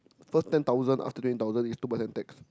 first ten thousand after twenty thousand is two percent tax